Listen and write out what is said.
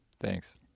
Thanks